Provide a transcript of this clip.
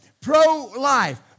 pro-life